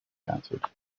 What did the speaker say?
answered